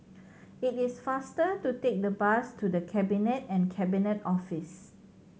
it is faster to take the bus to The Cabinet and Cabinet Office